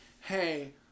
hey